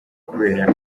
kubera